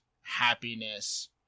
happiness